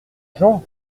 jean